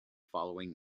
following